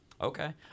okay